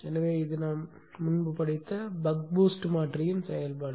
எனவே இது நாம் முன்பு படித்த பக் பூஸ்ட் மாற்றியின் செயல்பாடு